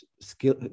skill